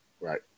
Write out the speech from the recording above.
Right